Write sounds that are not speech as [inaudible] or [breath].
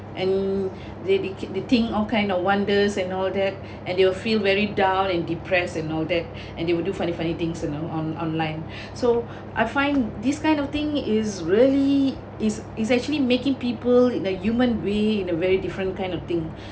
and [breath] they bec~ the thing all kind of wonders and all that [breath] and they will feel very down and depressed and all that [breath] and they will do funny funny things you know on online [breath] so I find this kind of thing is really is is actually making people in the human way in a very different kind of thing